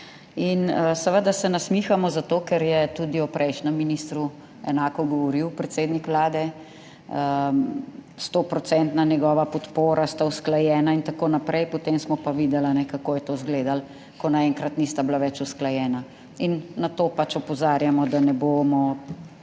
In seveda se nasmihamo zato, ker je tudi o prejšnjem ministru enako govoril predsednik Vlade. 100 % njegova podpora sta usklajena, itn. potem smo pa videli, kako je to izgledalo, ko naenkrat nista bila več usklajena. In na to pač opozarjamo, da ne bomo